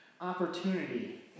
opportunity